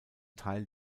teil